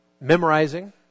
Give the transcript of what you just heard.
memorizing